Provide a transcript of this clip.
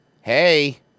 Hey